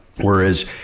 whereas